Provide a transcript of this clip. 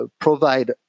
provide